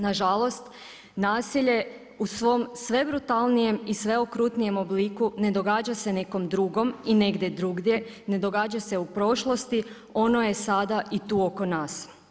Nažalost, nasilje u svom sve brutalnijem i sve okrutnijem obliku ne događa se nekom drugom i negdje drugdje, ne događa se u prošlosti, ono je sada i tu oko nas.